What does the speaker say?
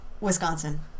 Wisconsin